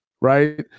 right